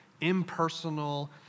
impersonal